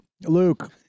Luke